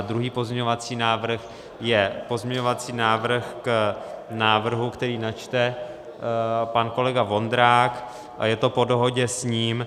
Druhý pozměňovací návrh je pozměňovací návrh k návrhu, který načte pan kolega Vondrák, je to po dohodě s ním.